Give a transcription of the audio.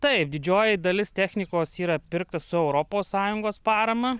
taip didžioji dalis technikos yra pirkta su europos sąjungos parama